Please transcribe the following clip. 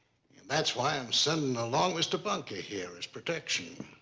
that's why i'm sending along mr. bunker here, as protection.